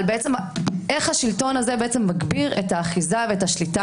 איך השלטון הזה מגביר את האחיזה ואת השליטה